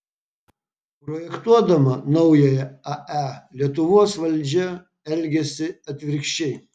projektuodama naująją ae lietuvos valdžia elgiasi atvirkščiai